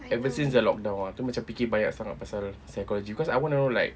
ever since the lockdown ah itu macam fikir banyak sangat pasal psychology cause I want to know like